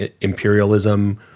imperialism